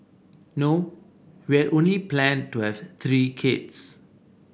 no we had only planned to have three kids